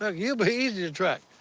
ah you'll be easy to track.